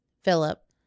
Philip